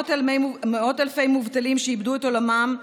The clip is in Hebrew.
מאות אלפי מובטלים שאיבדו את עולמם,